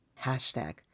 Hashtag